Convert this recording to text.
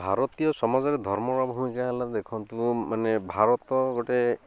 ଭାରତୀୟ ସମାଜରେ ଧର୍ମର ଭୂମିକା ହେଲା ଦେଖନ୍ତୁ ମାନେ ଭାରତ ଗୋଟେ